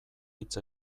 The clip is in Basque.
hitz